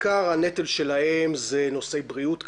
עיקר הנטל שלהם הוא נושא בריאות,